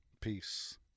Peace